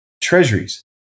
treasuries